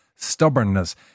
stubbornness